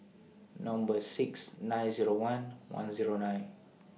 Number six nine Zero one one Zero nine